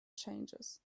changes